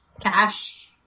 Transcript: cash